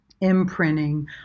imprinting